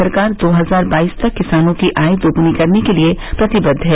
सरकार दो हजार बाईस तक किसानों की आय दोगुनी करने के लिए प्रतिबद्द है